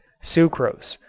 sucrose,